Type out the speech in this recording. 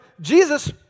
Jesus